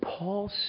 Paul